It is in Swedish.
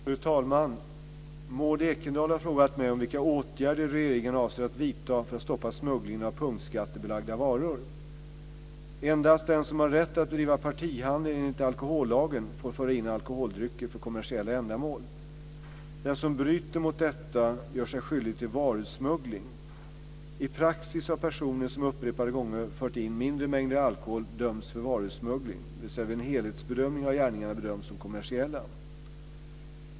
Fru talman! Maud Ekendahl har frågat mig om vilka åtgärder regeringen avser att vidta för att stoppa smugglingen av punktskattebelagda varor. Endast den som har rätt att bedriva partihandel enligt alkohollagen får föra in alkoholdrycker för kommersiella ändamål. Den som bryter mot detta gör sig skyldig till varusmuggling. I praxis har personer som upprepade gånger fört in mindre mängder alkohol dömts för varusmuggling, dvs. att vid en helhetsbedömning har gärningarna bedömts som kommersiella.